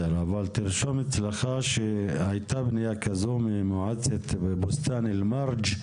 --- תרשום אצלך שהייתה פנייה כזו ממועצת בוסתאן אל מרג'.